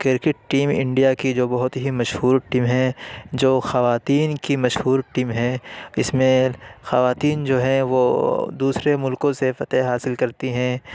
cricket team India کی جو بہت ہی مشہور ٹیم ہے جو خواتین کی مشہور ٹیم ہے اس میں خواتین جو ہے وہ دوسرے ملکوں سے فتح حاصل کرتی ہیں